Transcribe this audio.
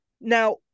Now